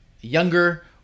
younger